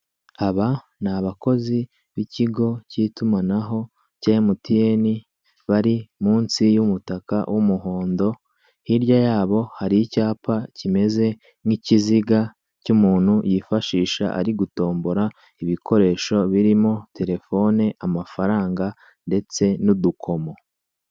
Aba n'abakozi b'ikigo cy'itumanaho cya MTN bari munsi y'umutaka w'umuhondo, hirya yabo hari icyapa kimeze nk'ikiziga cy'umuntu yifashisha ari gutombora ibikoresho birimo telefone, amafaranga ndetse n'udukomo.